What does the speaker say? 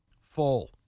Full